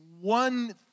one